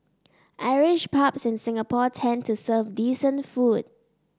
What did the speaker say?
Irish pubs in Singapore tend to serve decent food